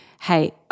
hey